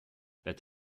that